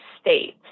state